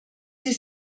sie